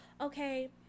okay